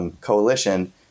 coalition